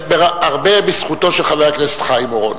הרבה בזכותו של חבר הכנסת חיים אורון.